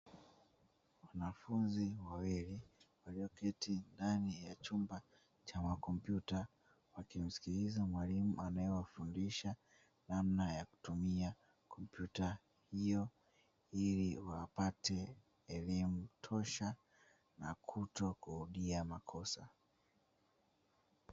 Wanafunzi wawili walioketi ndani ya chumba cha makompyuta wakiwasikiliza mwalimu anayewafundisha namna ya kutumia kompyuta hiyo ili wapate elimu tosha na kutokurudia makosa.